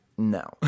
No